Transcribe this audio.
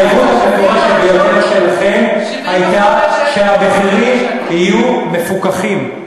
ההתחייבות המפורשת ביותר שלכם הייתה שהמחירים יהיו מפוקחים,